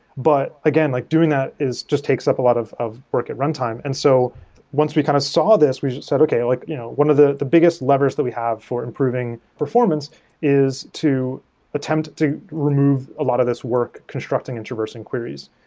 but again, like doing that just takes up a lot of of work at runtime. and so once we kind of saw this, we said, okay. like you know one of the the biggest levers that we have for improving performance is to attempt to remove a lot of these work constructing and traversing queries.